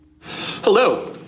Hello